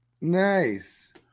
Nice